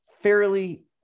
fairly